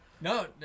No